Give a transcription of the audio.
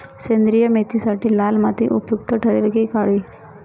सेंद्रिय मेथीसाठी लाल माती उपयुक्त ठरेल कि काळी?